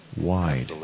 wide